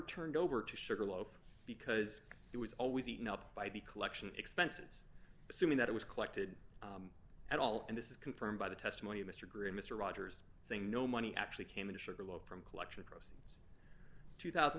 turned over to sugarloaf because it was always eaten up by the collection expenses assuming that it was collected at all and this is confirmed by the testimony of mr grimm mr rogers saying no money actually came in sugarloaf from collection across two thousand